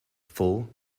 phil